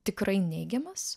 tikrai neigiamas